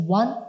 one